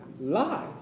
lie